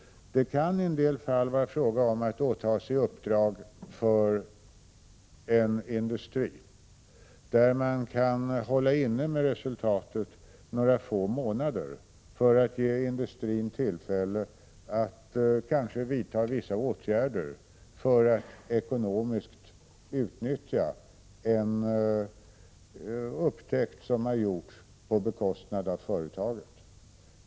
Det kani en del fall vara fråga om att universiteten påtar sig uppdrag 2 TI för en industri. Då kan universiteten hålla inne med resultatet några få månader för att ge industrin tillfälle att kanske vidta vissa åtgärder för att ekonomiskt utnyttja en upptäckt som har gjorts på företagets bekostnad.